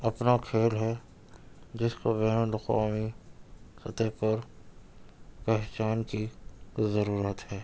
اپنا کھیل ہے جس کو بین الاقوامی سطح پر پہچان کی ضرورت ہے